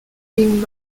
being